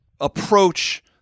approach